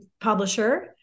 publisher